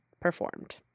performed